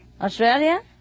Australia